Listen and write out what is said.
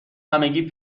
همگی